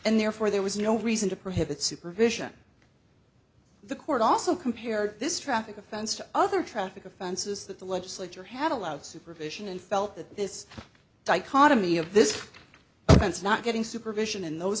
and therefore there was no reason to prohibit supervision the court also compared this traffic offense to other traffic offenses that the legislature had allowed supervision and felt that this dichotomy of this offense not getting supervision and those